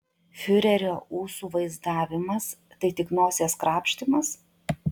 fiurerio ūsų vaizdavimas tai tik nosies krapštymas